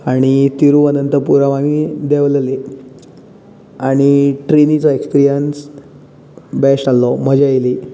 आनी तिरुअनंथपुरम् आमी देंवललीं आनी ट्रेनीचो एक्सपिरियन्स बेश्ट आसलो मजा येयली